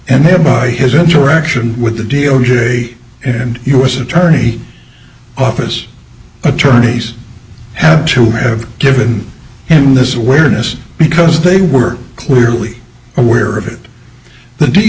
and thereby his interaction with the d o j and u s attorney office attorneys had to have given him this awareness because they were clearly aware of it the d